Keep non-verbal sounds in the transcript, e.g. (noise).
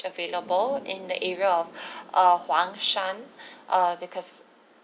available in the area of (breath) uh huang shan uh because